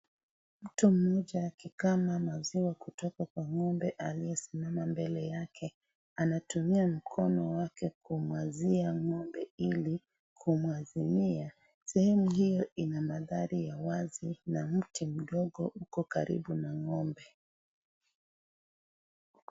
Mtu mmoja akikama maziwa kutoka Kwa ngombe aliyesimama mbele yake , anatumia mkono wake kungazia ngombe ili kumwazimia sehemu hiyo ina mandhari ya wazi na mti mdogo uko karibu na ngombe.